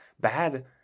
bad